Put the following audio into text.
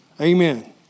Amen